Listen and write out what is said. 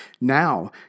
Now